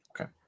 Okay